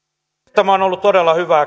tämä on ollut todella hyvää